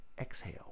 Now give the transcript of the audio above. Exhale